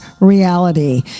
reality